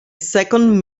second